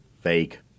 Fake